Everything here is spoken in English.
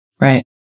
Right